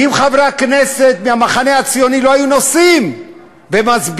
אם חברי הכנסת מהמחנה הציוני לא היו נוסעים ומסבירים